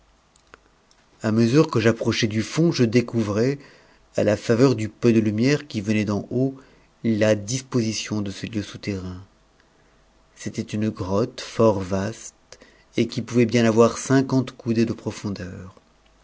a mesure que rapprochais du tond je découvrais à la faveur du ne de lumière qui venait d'en haut la disposition de ce lieu souterrain c'était une grotte fort vaste et qui pouvait bien avoir cinquante coudées de profondeur